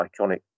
iconic